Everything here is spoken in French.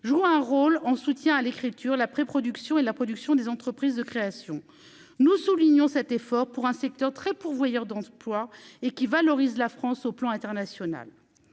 joue un rôle en soutien à l'écriture, la pré-production et la production des entreprises de création, nous soulignons cet effort pour un secteur très pourvoyeur d'emplois et qui valorise la France au plan international